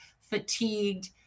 fatigued